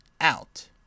out